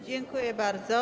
Dziękuję bardzo.